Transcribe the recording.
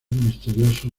misterioso